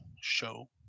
show